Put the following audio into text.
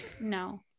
No